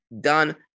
done